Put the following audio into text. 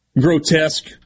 grotesque